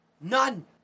None